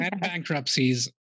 bankruptcies